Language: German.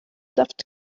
saft